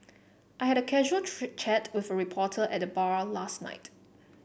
I had a casual chat with a reporter at the bar last night